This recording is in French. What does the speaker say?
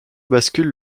bascule